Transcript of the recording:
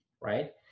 right